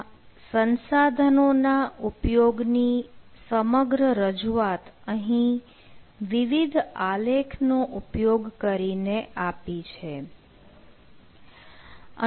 આ સંસાધનો ના ઉપયોગ ની સમગ્ર રજૂઆત અહીં વિવિધ આલેખનો ઉપયોગ કરીને આપી છે